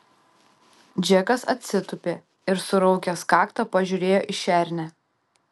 džekas atsitūpė ir suraukęs kaktą pažiūrėjo į šernę